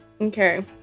Okay